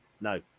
no